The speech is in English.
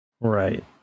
Right